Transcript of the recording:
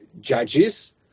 judges